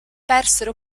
persero